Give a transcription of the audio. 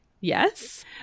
Yes